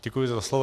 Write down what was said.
Děkuji za slovo.